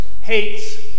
hates